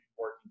working